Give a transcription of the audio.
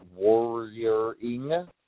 warrioring